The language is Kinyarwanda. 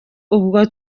ubwo